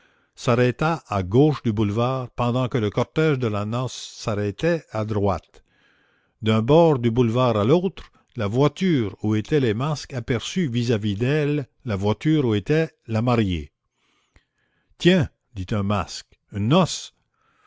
s'arrêta à gauche du boulevard pendant que le cortège de la noce s'arrêtait à droite d'un bord du boulevard à l'autre la voiture où étaient les masques aperçut vis-à-vis d'elle la voiture où était la mariée tiens dit un masque une noce